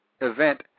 event